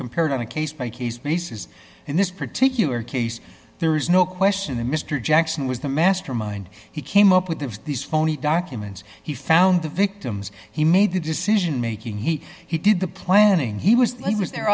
compared on a case by case basis in this particular case there is no question that mr jackson was the mastermind he came up with these phony documents he found the victims he made the decision making he he did the planning he was like was there